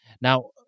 Now